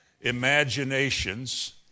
imaginations